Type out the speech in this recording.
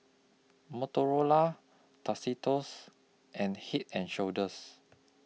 Motorola Tostitos and Head and Shoulders